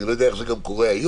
אני לא יודע איך זה קורה היום,